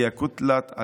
וזו סיעת חד"ש-תע"ל.